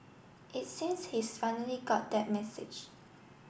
it seems he's finally got that message